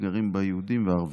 וגרים בה יהודים וערבים.